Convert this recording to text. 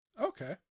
okay